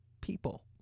people